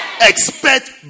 Expect